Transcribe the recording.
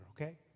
okay